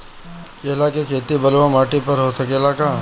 केला के खेती बलुआ माटी पर हो सकेला का?